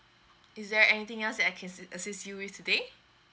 is there anything else that I can assist you with today